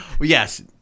Yes